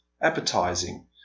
appetizing